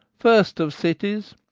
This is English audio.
first of cities,